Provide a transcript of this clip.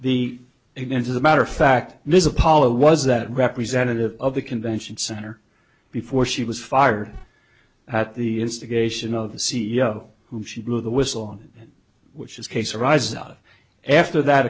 the ignorance of the matter of fact this apollo was that representative of the convention center before she was fired at the instigation of the c e o who she blew the whistle on which is case arises out after that